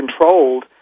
controlled